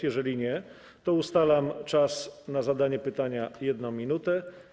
Jeżeli nie, to ustalam czas na zadanie pytania na 1 minutę.